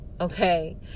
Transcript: okay